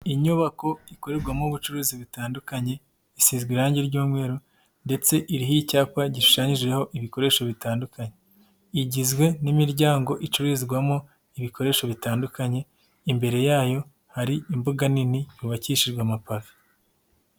iInyubako ikorerwamo ubucuruzi butandukanye. Isizwe irangi ry'umweru ndetse iriho icyapa gishanyijeho ibikoresho bitandukanye. Igizwe n'imiryango icururizwamo ibikoresho bitandukanye. Imbere yayo hari imbuga nini hubakishijwe amapave.